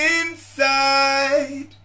inside